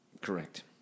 Correct